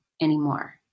anymore